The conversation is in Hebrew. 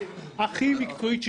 הכי מקצועית,